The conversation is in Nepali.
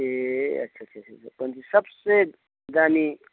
ए अच्छा अच्छा सबसे दामी